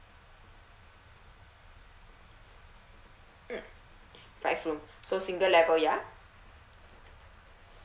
mm five room so single level ya